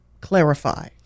clarify